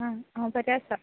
आं हांव बरें आसा